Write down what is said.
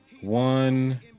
one